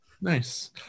nice